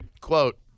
Quote